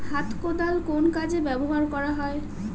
হাত কোদাল কোন কাজে ব্যবহার করা হয়?